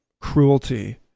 cruelty